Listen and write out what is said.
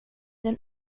den